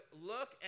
look